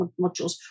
modules